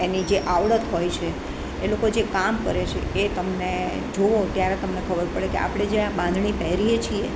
એની જે આવડત હોય છે એ લોકો જે કામ કરે છે એ તમને જોવો ત્યારે તમને ખબર પડે કે આપણે જે આ બાંધણી પહેરીએ છીએ